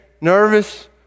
nervous